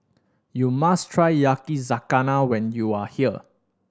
you must try Yakizakana when you are here